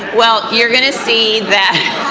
well you're gonna see that,